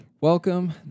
Welcome